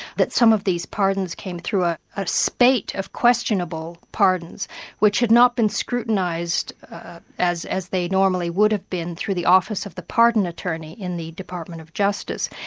that some of these pardons came through, a ah spate of questionable pardons which had not been scrutinised as as they normally would have been through the office of the pardon attorney in the department of justice.